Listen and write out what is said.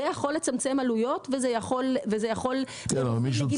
זה היה יכול לצמצם עלויות וזה יכול --- לצרכנים.